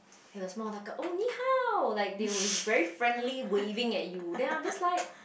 it was more like oh ni hao like they were very friendly waving at you then I'm just like